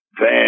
Van